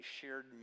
shared